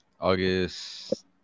August